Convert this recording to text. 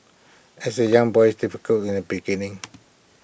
as A young boy's difficult in A beginning